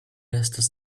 estas